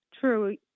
True